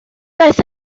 daeth